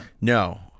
No